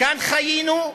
כאן חיינו,